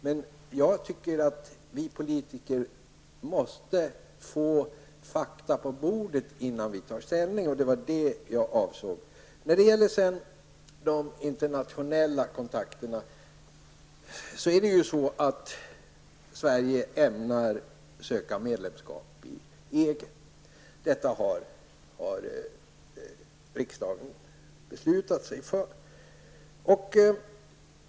Men jag tycker att vi politiker måste få fakta på bordet innan vi tar ställning. Det var det jag avsåg. När det gäller de internationella kontakterna ämnar Sverige söka medlemskap i EG. Detta har riksdagen beslutat sig för.